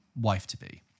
wife-to-be